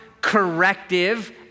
corrective